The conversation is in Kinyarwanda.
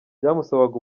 byamusabaga